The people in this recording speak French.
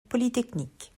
polytechnique